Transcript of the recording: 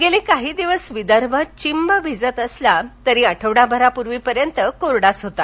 गेले काही दिवस विदर्भ चिंब भिजत असला तरी आठवडाभरापूर्वीपर्यंत कोरडाच होता